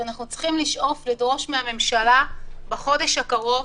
שאנחנו צריכים לדרוש מהממשלה בחודש הקרוב,